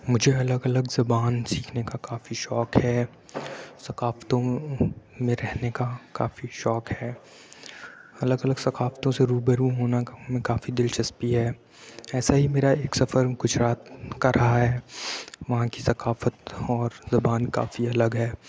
مجھے الگ الگ زبان سیکھنے کا کافی شوق ہے ثقافتوں میں رہنے کا کافی شوق ہے الگ ثقافتوں سے رو برو ہونا کافی دلچسپی ہے ایسا ہی میرا ایک سفر گجرات کا رہا ہے وہاں کی ثقافت اور زبان کافی الگ ہے